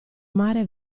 mare